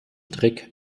trick